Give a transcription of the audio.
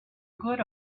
good